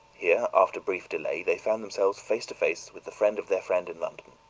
here, after brief delay, they found themselves face to face with the friend of their friend in london.